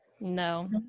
No